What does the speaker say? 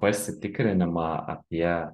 pasitikrinimą apie